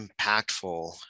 impactful